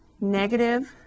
negative